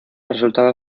resultado